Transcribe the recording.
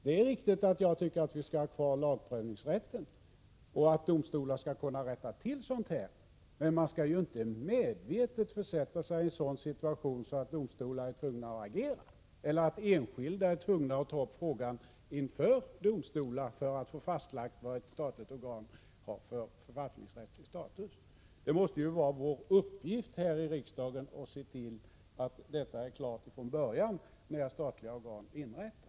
Det är riktigt att jag tycker att vi skall ha kvar lagprövningsrätten och att domstolar skall kunna rätta till sådant här, men man skall ju inte medvetet försätta sig i en sådan situation att domstolar är tvungna att agera eller att enskilda är tvungna att vända sig till domstol för att få fastlagt vilken förvaltningsrättslig status ett statligt organ har. Det måste vara vår uppgift här i riksdagen att se till att detta är klart från början när statliga organ inrättas.